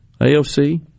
AOC